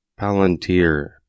Palantir